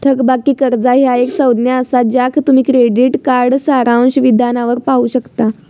थकबाकी कर्जा ह्या एक संज्ञा असा ज्या तुम्ही क्रेडिट कार्ड सारांश विधानावर पाहू शकता